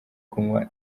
kunywa